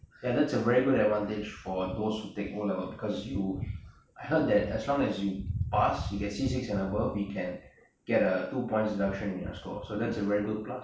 ya that's a very good advantage for those who take O level cause you I heard that as long as you pass you get C six and above you can get a two point deduction in your score so that's a very good plus